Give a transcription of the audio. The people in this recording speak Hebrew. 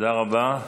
תודה רבה.